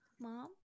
mom